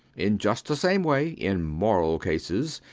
in just the same way, in moral cases,